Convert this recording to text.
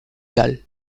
gall